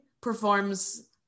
performs